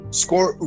score